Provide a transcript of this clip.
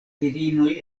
virinoj